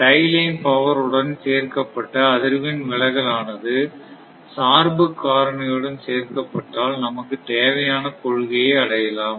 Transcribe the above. tie line power உடன் சேர்க்கப்பட்ட அதிர்வெண் விலகல் ஆனது சார்பு காரணியுடன் சேர்க்கப்பட்டால் நமக்குத் தேவையான கொள்கையை அடையலாம்